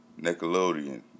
Nickelodeon